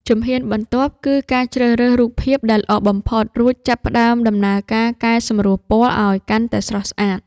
ជំហានបន្ទាប់ គឺការជ្រើសរើសរូបភាពដែលល្អបំផុត រួចចាប់ផ្ដើមដំណើរការកែសម្រួលពណ៌ ឱ្យកាន់តែស្រស់ស្អាត។